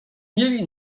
mieli